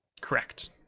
Correct